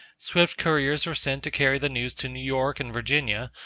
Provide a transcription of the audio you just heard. swift couriers were sent to carry the news to new york and virginia,